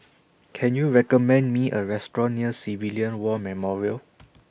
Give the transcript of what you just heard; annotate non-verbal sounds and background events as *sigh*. *noise* Can YOU recommend Me A Restaurant near Civilian War Memorial